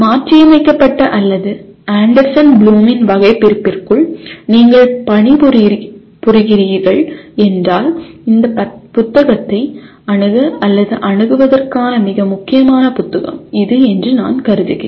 மாற்றியமைக்கப்பட்ட அல்லது ஆண்டர்சன் ப்ளூமின் வகைபிரிப்பிற்குள் நீங்கள் பணிபுரிகிறீர்கள் என்றால் இந்த புத்தகத்தை அணுக அல்லது அணுகுவதற்கான மிக முக்கியமான புத்தகம் இது என்று நான் கருதுகிறேன்